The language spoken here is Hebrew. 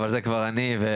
אבל זה כבר אני.